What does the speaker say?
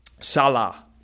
Salah